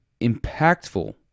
impactful